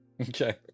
Okay